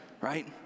right